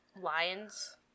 Lions